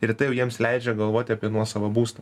ir tai jau jiems leidžia galvoti apie nuosavą būstą